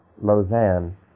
Lausanne